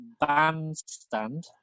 Bandstand